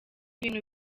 bintu